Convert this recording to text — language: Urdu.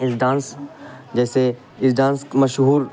اس ڈانس جیسے اس ڈانس مشہور